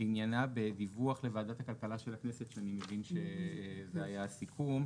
עניינה בדיווח לוועדת הכלכלה של הכנסת שאני מבין שזה היה הסיכום.